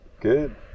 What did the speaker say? good